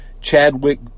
Chadwick